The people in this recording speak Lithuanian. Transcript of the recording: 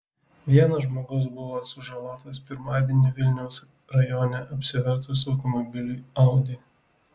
vienas žmogus buvo sužalotas pirmadienį vilniaus rajone apsivertus automobiliui audi